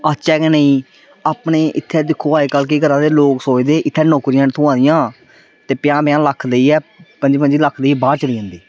आचे के नेई अपने इत्थै दिक्खो अज्ज कल्ल केह् करा दे लोग सोचदे इत्थे नौकरियां नी थ्होआ दियां ते ते पंजा पंजा लक्ख लेइये पंजी पंजी लक्ख ली बाहर चली जंदे